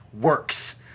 works